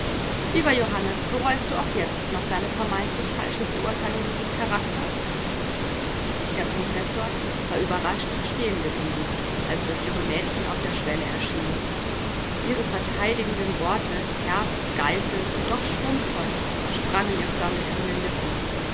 lieber johannes bereust du auch jetzt noch deine vermeintlich falsche beurteilung dieses charakters der professor war überrascht stehen geblieben als das junge mädchen auf der schwelle erschien ihre verteidigenden worte herb geißelnd und doch schwungvoll sprangen ihr förmlich von den lippen